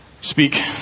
speak